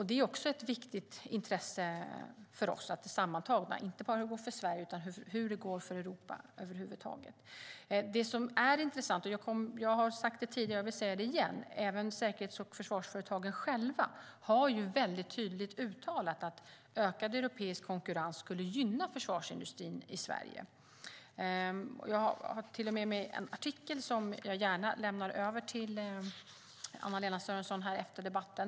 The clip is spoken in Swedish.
Det är också ett viktigt intresse för oss hur det går för Europa över huvud taget. Jag har sagt det tidigare, och jag vill säga det igen, att även Säkerhets och försvarsföretagen själva har väldigt tydligt uttalat att ökad europeisk konkurrens skulle gynna försvarsindustrin i Sverige. Jag har med mig en artikel som jag gärna lämnar över till Anna-Lena Sörenson efter debatten.